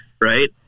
right